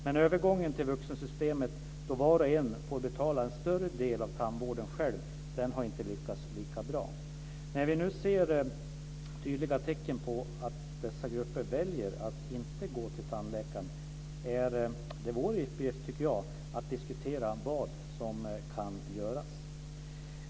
Men övergången till vuxensystemet, då var och en får betala en större del av tandvården själv, har inte lyckats lika bra. När vi nu ser tydliga tecken på att dessa grupper väljer att inte gå till tandläkaren tycker jag att det är vår uppgift att diskutera vad som kan göras.